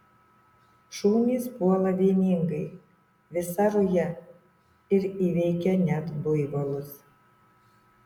šunys puola vieningai visa ruja ir įveikia net buivolus